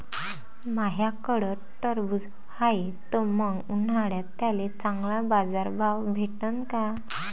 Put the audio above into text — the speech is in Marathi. माह्याकडं टरबूज हाये त मंग उन्हाळ्यात त्याले चांगला बाजार भाव भेटन का?